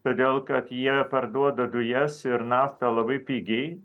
todėl kad jie parduoda dujas ir naftą labai pigiai